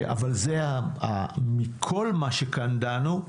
אבל מכל מה שדנו כאן,